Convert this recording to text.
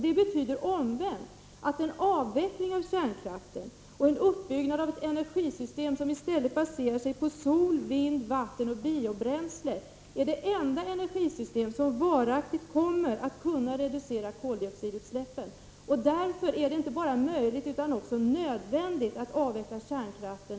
Det betyder omvänt att en avveckling av kärnkraften och en uppbyggnad av ett energisystem som i stället baserar sig på sol, vind, vatten och biobränsle är det enda energisystem som varaktigt kommer att kunna reducera koldioxidutsläppen. Därför är det inte bara möjligt utan också nödvändigt att avveckla kärnkraften.